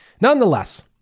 Nonetheless